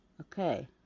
okay